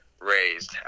raised